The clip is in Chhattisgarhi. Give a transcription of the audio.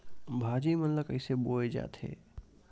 भाजी मन ला कइसे बोए जाथे?